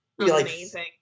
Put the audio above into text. Amazing